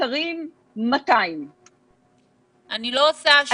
נפטרים 200. אני לא עושה השוואות.